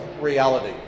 reality